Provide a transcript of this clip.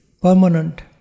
permanent